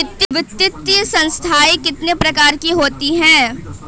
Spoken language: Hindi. वित्तीय संस्थाएं कितने प्रकार की होती हैं?